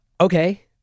okay